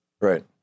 Right